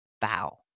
bow